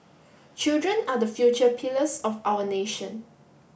children are the future pillars of our nation